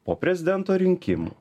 po prezidento rinkimų